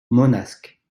manosque